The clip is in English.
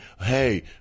hey